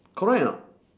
correct or not